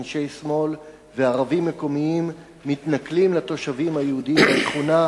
אנשי שמאל וערבים מקומיים מתנכלים לתושבים היהודים בשכונה,